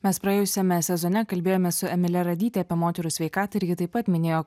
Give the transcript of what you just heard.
mes praėjusiame sezone kalbėjome su emile radyte apie moterų sveikatą ir ji taip pat minėjo